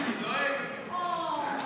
אוי,